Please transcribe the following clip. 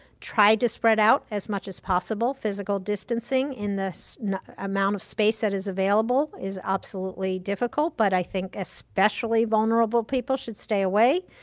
try to spread out as much as possible, physical distancing in the amount of space that is available is absolutely difficult, but i think especially vulnerable people should stay away.